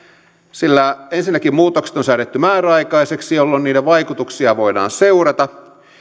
sillä ensinnäkin muutokset on säädetty määräaikaisiksi jolloin niiden vaikutuksia voidaan seurata